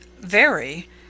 Very